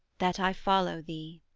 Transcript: that i follow thee